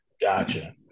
Gotcha